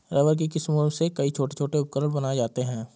rubber की किस्मों से कई छोटे छोटे उपकरण बनाये जाते हैं